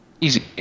Easy